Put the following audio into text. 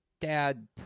Dad